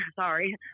Sorry